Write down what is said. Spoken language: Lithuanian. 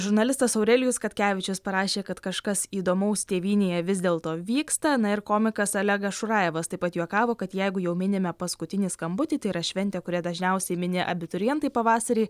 žurnalistas aurelijus katkevičius parašė kad kažkas įdomaus tėvynėje vis dėl to vyksta na ir komikas olegas šurajevas taip pat juokavo kad jeigu jau minime paskutinį skambutį tai yra šventė kurią dažniausiai mini abiturientai pavasarį